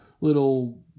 little